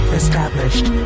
established